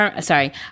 sorry